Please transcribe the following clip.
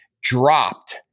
dropped